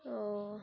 ও